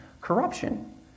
corruption